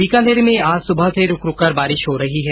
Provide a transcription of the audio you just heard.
बीकानेर में आज सुबह से रूकरूक कर बारिश हो रही हैं